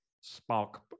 spark